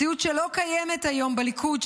מציאות שלא קיימת היום בליכוד,